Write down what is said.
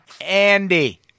Andy